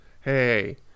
Hey